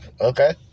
Okay